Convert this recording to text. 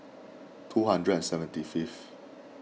two hundred and seventy fifth